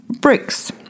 bricks